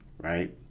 right